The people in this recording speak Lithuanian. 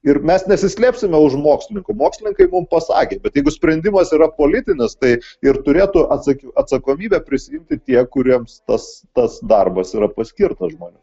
ir mes nesislėpsime už mokslininkų mokslininkai mums pasakė bet jeigu sprendimas yra politinis tai ir turėtų atsakyti atsakomybę prisiimti tie kuriems tas tas darbas yra paskirtas žmonių